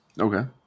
Okay